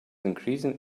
increasing